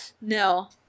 No